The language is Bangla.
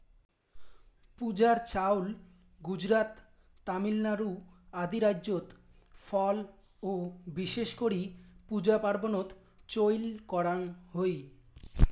পূজার চাউল গুজরাত, তামিলনাড়ু আদি রাইজ্যত ফল ও বিশেষ করি পূজা পার্বনত চইল করাঙ হই